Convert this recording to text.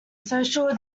social